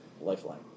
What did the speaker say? lifeline